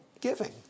giving